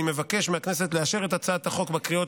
אני מבקש מהכנסת לאשר את הצעת החוק בקריאות